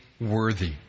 worthy